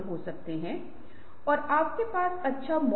रचनात्मकता और कल्पना पर जोर दिया गया है